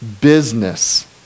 business